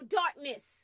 darkness